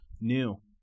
new